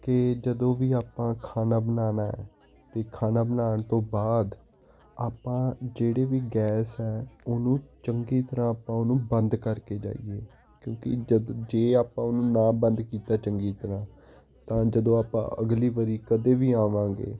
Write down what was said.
ਕਿ ਜਦੋਂ ਵੀ ਆਪਾਂ ਖਾਣਾ ਬਣਾਉਣਾ ਹੈ ਤਾਂ ਖਾਣਾ ਬਣਾਉਣ ਤੋਂ ਬਾਅਦ ਆਪਾਂ ਜਿਹੜੇ ਵੀ ਗੈਸ ਹੈ ਉਹਨੂੰ ਚੰਗੀ ਤਰ੍ਹਾਂ ਆਪਾਂ ਉਹਨੂੰ ਬੰਦ ਕਰਕੇ ਜਾਈਏ ਕਿਉਂਕਿ ਜਦ ਜੇ ਆਪਾਂ ਉਹਨੂੰ ਨਾ ਬੰਦ ਕੀਤਾ ਚੰਗੀ ਤਰ੍ਹਾਂ ਤਾਂ ਜਦੋਂ ਆਪਾਂ ਅਗਲੀ ਵਾਰ ਕਦੇ ਵੀ ਆਵਾਂਗੇ